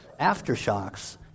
Aftershocks